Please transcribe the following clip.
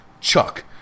Chuck